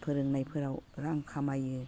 फोरोंनायफोराव रां खामायो